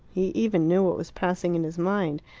he even knew what was passing in his mind,